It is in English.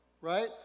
Right